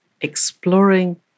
exploring